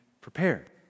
prepared